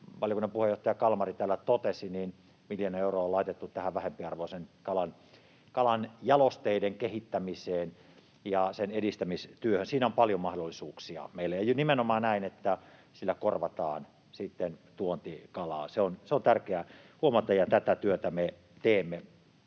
valiokunnan puheenjohtaja Kalmari täällä totesi, niin miljoona euroa on laitettu tähän vähempiarvoisen kalan jalosteiden kehittämiseen ja sen edistämistyöhön. Siinä on paljon mahdollisuuksia meillä, ja nimenomaan näen, että sillä korvataan tuontikalaa. Se on tärkeää huomata, ja tätä työtä me teemme